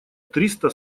триста